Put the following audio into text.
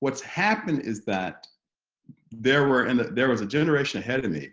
what's happened is that there were in and the there was a generation ahead of me